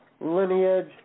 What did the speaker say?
lineage